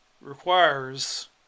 requires